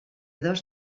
dos